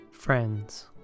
Friends